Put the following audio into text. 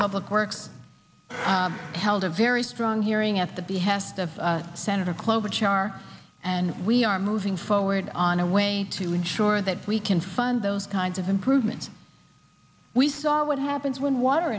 public works held a very strong hearing at the behest of senator clover char and we are moving forward on a way to ensure that we can fund those kinds of improvements we saw what happens when water